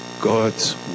God's